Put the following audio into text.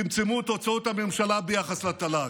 צמצמו את הוצאות הממשלה ביחס לתל"ג,